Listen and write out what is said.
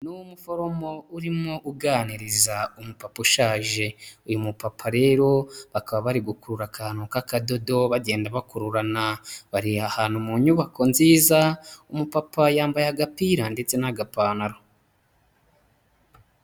Ni umuforomo urimo uganiriza umupapa ushaje. Uyu mupapa rero bakaba barigukurura akantu k'akadodo bagenda bakururana. Bari ahantu mu nyubako nziza, umupapa yambaye agapira ndetse n'agapantaro.